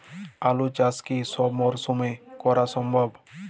আলু চাষ কি সব মরশুমে করা সম্ভব?